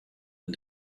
and